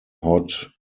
hot